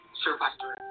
survivor